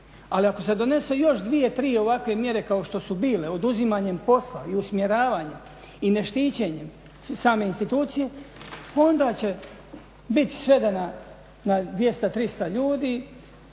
Ali ako se donese još dvije, tri ovakve mjere kao što su bile oduzimanjem posla i usmjeravanje i ne štićenjem same institucije, onda će biti svega na 200, 300 ljudi,